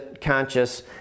conscious